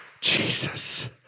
Jesus